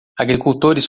agricultores